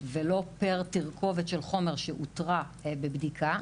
ולא פר תרכובת של חומר שאותרה בבדיקה,